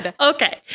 Okay